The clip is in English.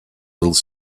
little